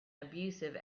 abusive